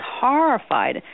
horrified